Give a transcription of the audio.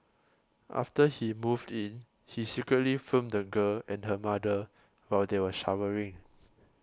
after he moved in he secretly filmed the girl and her mother while they were showering